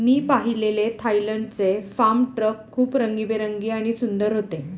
मी पाहिलेले थायलंडचे farm truck खूप रंगीबेरंगी आणि सुंदर होते